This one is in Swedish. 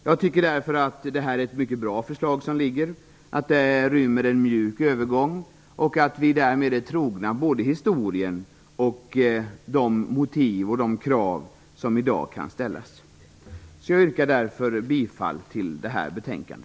Jag tycker därför att det är ett mycket bra förslag som nu ligger, att det rymmer en mjuk övergång och att vi därmed är trogna både historien och krav som i dag kan ställas. Jag yrkar därför bifall till hemställan i detta betänkande.